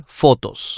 fotos